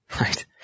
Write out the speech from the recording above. Right